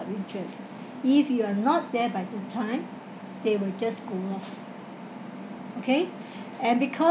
interest if you are not there by on time they will just go lah okay and because